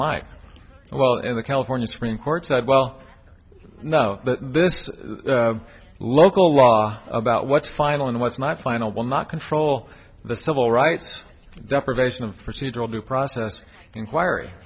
like well and the california supreme court said well no this is local law about what's final and what's not final will not control the civil rights deprivation of procedural due process inquiry